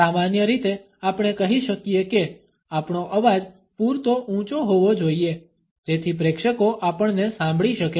સામાન્ય રીતે આપણે કહી શકીએ કે આપણો અવાજ પૂરતો ઉંચો હોવો જોઈએ જેથી પ્રેક્ષકો આપણને સાંભળી શકે